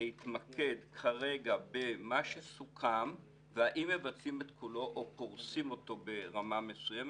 להתמקד כרגע במה שסוכם ובאם מבצעים את כולו או פורסים אותו ברמה מסוימת.